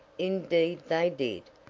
indeed, they did.